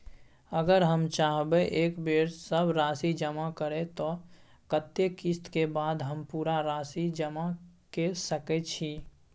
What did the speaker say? अगर हम चाहबे एक बेर सब राशि जमा करे त कत्ते किस्त के बाद हम पूरा राशि जमा के सके छि?